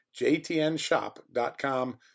jtnshop.com